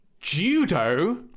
judo